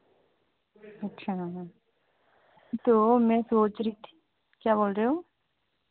अच्छा तो मैं सोच रही थी क्या बोल रहे हो